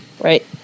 right